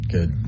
Good